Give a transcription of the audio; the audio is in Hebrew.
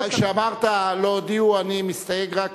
כשאמרת "לא הודיעו" אני מסתייג.